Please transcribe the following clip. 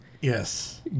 Yes